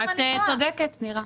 את צודקת, נירה.